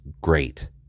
great